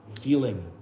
feeling